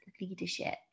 leadership